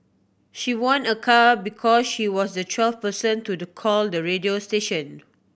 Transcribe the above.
she won a car because she was the twelfth person to the call the radio station